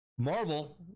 Marvel